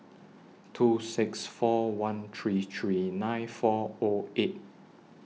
two six four one three three nine four O eight